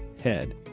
head